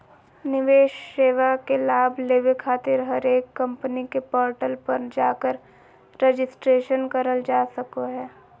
निवेश सेवा के लाभ लेबे खातिर हरेक कम्पनी के पोर्टल पर जाकर रजिस्ट्रेशन करल जा सको हय